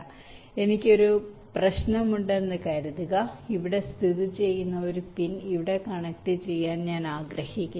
ഇങ്ങനെ പറയട്ടെ എനിക്ക് ഒരു പ്രശ്നമുണ്ടെന്ന് കരുതുക ഇവിടെ സ്ഥിതി ചെയ്യുന്ന ഒരു പിൻ ഇവിടെ കണക്റ്റുചെയ്യാൻ ഞാൻ ആഗ്രഹിക്കുന്നു